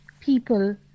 people